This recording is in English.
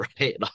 right